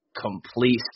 complete